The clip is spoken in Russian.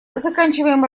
заканчиваем